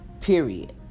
Period